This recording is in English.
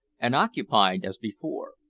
and occupied as before.